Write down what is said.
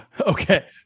Okay